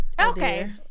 Okay